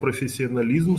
профессионализм